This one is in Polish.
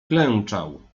klęczał